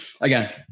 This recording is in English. Again